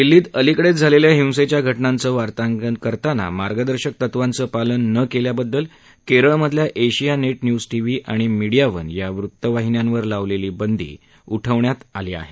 दिल्लीत अलिकडेच झालेल्या हिंसेच्या घटनांचं वार्तांकन करताना मार्गदर्शक तत्वांचं पालन न केल्याबद्दल केरळमधल्या एशिया नेट न्यूज टीव्ही आणि मीडीया वन या वृत्तवाहिन्यांवर लावलेली बंदी उठवण्यात आली आहे